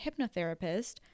hypnotherapist